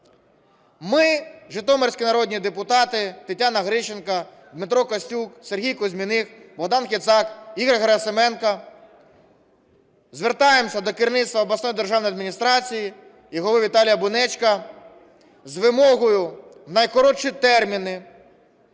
Ми, житомирські народні депутати Тетяна Грищенко, Дмитро Костюк, Сергій Кузьміних, Богдан Кицак, Ігор Герасименко, звертаємось до керівництва обласної державної адміністрації і голови Віталія Бунечка з вимогою у найкоротші терміни